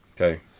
Okay